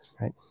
right